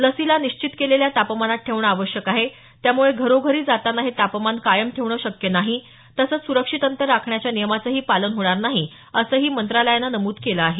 लसीला निश्चित केलेल्या तापमानात ठेवणं आवश्यक आहे त्यामुळे घरोघरी जाताना हे तापमान कायम ठेवणं शक्य नाही तसंच सुरक्षित अंतर राखण्याच्या नियमाचंही पालन होणार नाही असं मंत्रालयानं नमूद केलं आहे